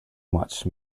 much